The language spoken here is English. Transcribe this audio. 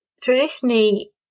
traditionally